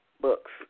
books